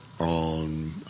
on